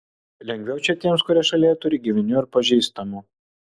lengviau čia tiems kurie šalyje turi giminių ar pažįstamų